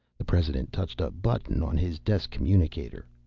the president touched a button on his desk communicator.